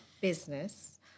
business